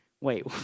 Wait